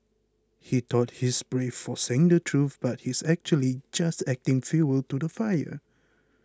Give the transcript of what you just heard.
he thought he's brave for saying the truth but he's actually just adding fuel to the fire